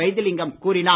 வைத்திலிங்கம் கூறினார்